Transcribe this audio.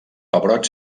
pebrots